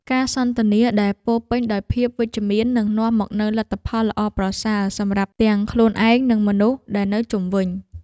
ការសន្ទនាដែលពោរពេញដោយភាពវិជ្ជមាននឹងនាំមកនូវលទ្ធផលល្អប្រសើរសម្រាប់ទាំងខ្លួនឯងនិងមនុស្សដែលនៅជុំវិញ។